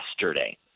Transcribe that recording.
yesterday